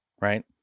right